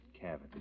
cavity